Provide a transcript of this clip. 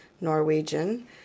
Norwegian